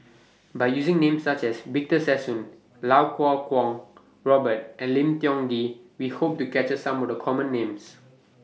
By using Names such as Victor Sassoon Iau Kuo Kwong Robert and Lim Tiong Ghee We Hope to capture Some of The Common Names